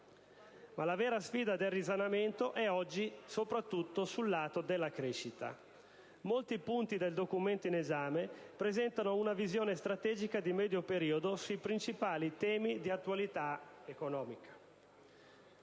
Ma la vera sfida del risanamento è incentrata oggi sulla crescita. Molti punti del Documento in esame presentano una visione strategica di medio periodo sui principali temi di attualità economica.